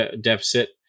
deficit